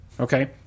okay